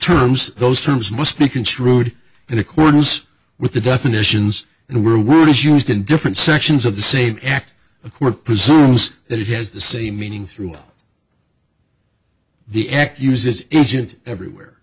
terms those terms must be construed in accordance with the definitions and were words used in different sections of the same act a court presumes that it has the same meaning throughout the act uses agent everywhere